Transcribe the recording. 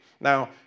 Now